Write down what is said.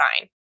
fine